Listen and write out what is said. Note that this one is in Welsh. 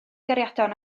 gariadon